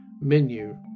Menu